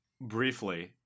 briefly